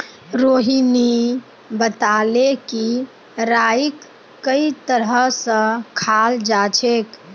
रोहिणी बताले कि राईक कई तरह स खाल जाछेक